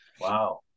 Wow